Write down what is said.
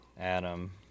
Adam